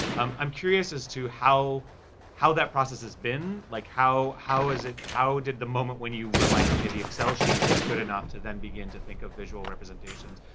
um i'm curious as to how how that process has been, like how how is it, how did the moment when you were like, okay, the excel sheet is good enough to then begin to think of visual representations.